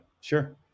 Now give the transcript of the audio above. sure